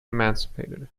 emancipated